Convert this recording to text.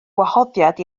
gwahoddiad